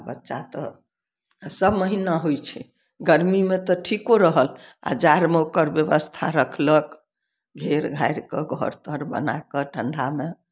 आ बच्चा तऽ सब महिना होइ छै गर्मीमे तऽ ठीको रहल आ जाड़मे तऽ ओक्कर व्यवस्था रखलक घेर घारि कऽ घर तर बना कऽ अपन ठण्डामे